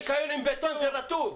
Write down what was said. בניקיון עם בטון זה רטוב.